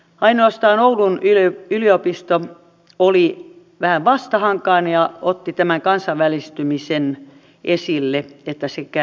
ainoastaan oulun yliopisto oli vähän vastahankainen ja otti tämän kansainvälistymisen esille että se kärsisi